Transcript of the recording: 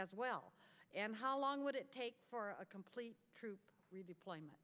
as well and how long would it take for a complete troop redeployment